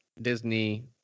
Disney